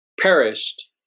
perished